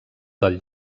del